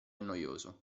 noioso